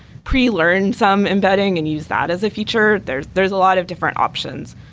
pre-learn some embedding and use that as a feature. there's there's a lot of different options,